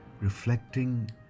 reflecting